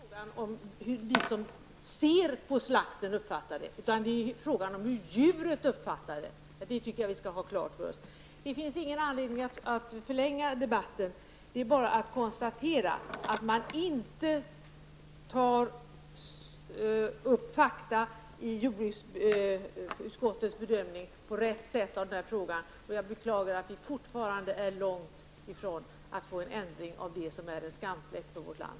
Fru talman! Det är inte fråga om en lång tidsrymd, och det är inte fråga om hur vi som ser på slakten uppfattar den. Det är i stället fråga om hur djuret uppfattar slakten. Det tycker jag att vi skall ha klart för oss. Det finns ingen anledning att förlänga debatten, utan det är bara att konstatera att man i jordbruksutskottets bedömning av den här frågan inte tar upp fakta på rätt sätt. Jag beklagar att vi fortfarande är långt ifrån att få till stånd en ändring av det som är en skamfläck för vårt land.